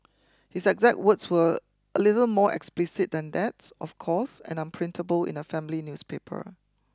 his exact words were a little more explicit than that of course and unprintable in a family newspaper